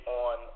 on